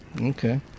Okay